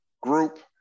group